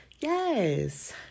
Yes